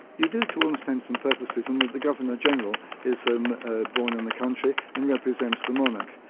you do to all intents and purposes in that the governor-general is um ah born in the country and represents the monarch,